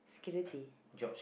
security